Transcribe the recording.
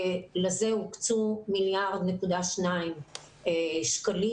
לזה הוקצו 1.2 מיליארד שקלים.